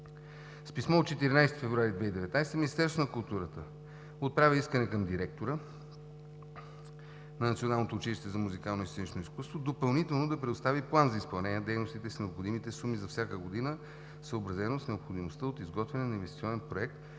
С писмо от 14 февруари 2019 г. Министерството на културата отправи искане към директора на Националното училище за музикално и сценично изкуство допълнително да предостави план за изпълнение на дейностите със съответните суми за всяка година, съобразено с необходимостта от изготвяне на инвестиционен проект